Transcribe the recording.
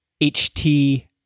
H-T